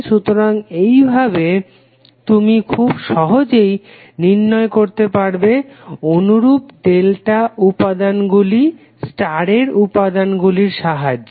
সুতরাং এইভাবে তুমি খুব সহজেই নির্ণয় করতে পারবে অনুরূপ ডেল্টার উপাদান গুলি স্টারের উপাদানগুলির সাহায্যে